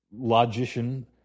logician